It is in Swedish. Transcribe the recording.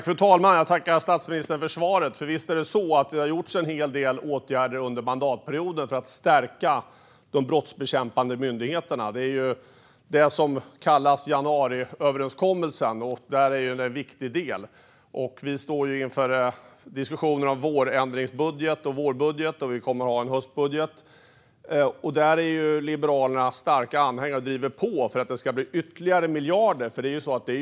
Fru talman! Jag tackar statsministern för svaret. Visst har det vidtagits en hel del åtgärder under mandatperioden för att stärka de brottsbekämpande myndigheterna. Det är en viktig del i det som kallas januariöverenskommelsen. Vi står inför diskussioner om vårändringsbudget och vårbudget, och vi kommer att ha en höstbudget. Liberalerna är starka anhängare av att det ska komma ytterligare miljarder då, och vi driver på för detta.